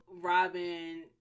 Robin